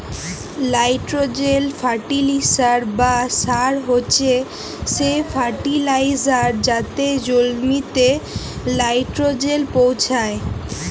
nitrogen fertiliser বা সার হছে সে ফার্টিলাইজার যাতে জমিল্লে লাইট্রোজেল পৌঁছায়